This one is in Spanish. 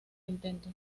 intento